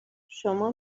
شما